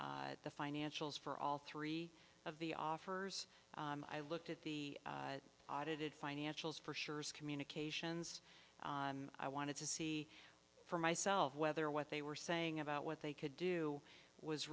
at the financials for all three of the offers i looked at the audited financials for sure is communications and i wanted to see for myself whether what they were saying about what they could do was